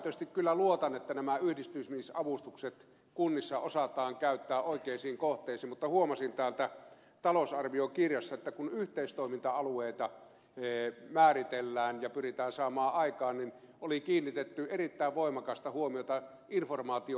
pääsääntöisesti kyllä luotan että nämä yhdistymisavustukset kunnissa osataan käyttää oikeisiin kohteisiin mutta huomasin täältä talousarviokirjasta että kun yhteistoiminta alueita määritellään ja pyritään saamaan aikaan niin oli kiinnitetty erittäin voimakasta huomiota informaatio ohjaukseen